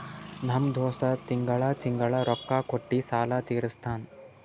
ನಮ್ ದೋಸ್ತ ತಿಂಗಳಾ ತಿಂಗಳಾ ರೊಕ್ಕಾ ಕೊಟ್ಟಿ ಸಾಲ ತೀರಸ್ತಾನ್